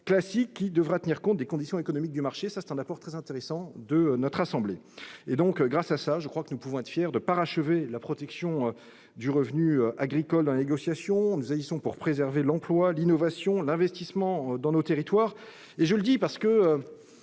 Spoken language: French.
classique, qui devra tenir compte des conditions économiques du marché. Il s'agit d'un apport très intéressant de notre assemblée. Nous pouvons donc être fiers de parachever la protection du revenu agricole dans les négociations. Nous agissons pour préserver l'emploi, l'innovation et l'investissement dans nos territoires. Dans la presse